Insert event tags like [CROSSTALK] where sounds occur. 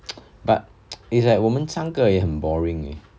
[NOISE] but [NOISE] 我们三个也很 boring